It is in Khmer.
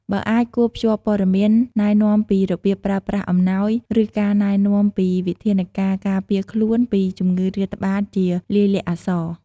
បើអាច គួរភ្ជាប់ព័ត៌មានណែនាំពីរបៀបប្រើប្រាស់អំណោយ ឬការណែនាំពីវិធានការការពារខ្លួនពីជំងឺរាតត្បាតជាលាយលក្ខណ៍អក្សរ។